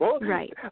Right